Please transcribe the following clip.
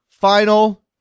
Final